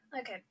Okay